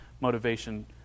motivation